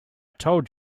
told